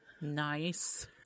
Nice